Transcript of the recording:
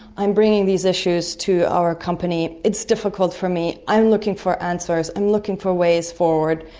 i'm bringing these issues to our company. it's difficult for me, i'm looking for answers, i'm looking for ways forward.